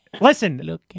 Listen